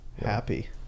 happy